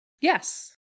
Yes